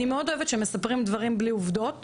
אני מאוד אוהבת שמספרים דברים בלי עובדות.